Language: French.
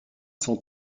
cent